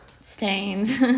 Stains